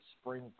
spring